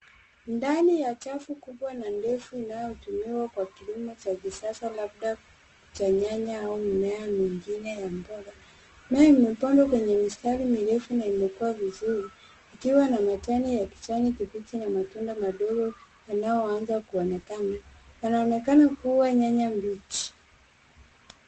Ndani ya chafu kubwa na ndefu inayotumiwa kwa kilimo cha kisasa labda cha nyanya au mimea mingine ya mboga. Mimea imepandwa kwenye mistari mirefu na imekua vizuri ikiwa na majani ya kijani kibichi na matunda madogo yanayoanza kuonekana. Yanaonekana kuwa nyanya mbichi.